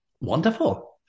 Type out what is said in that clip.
Wonderful